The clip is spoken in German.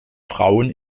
frauen